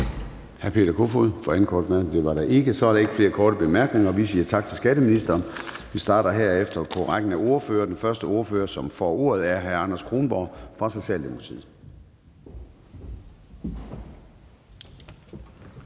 i EU. Kl. 10:29 Formanden (Søren Gade): Så er der ikke flere korte bemærkninger, og vi siger tak til skatteministeren. Vi starter herefter på rækken af ordførere. Den første ordfører, som får ordet, er hr. Anders Kronborg fra Socialdemokratiet.